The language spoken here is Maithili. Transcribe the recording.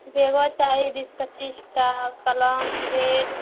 बैगो चाही बीस पचीस टा कलम रेड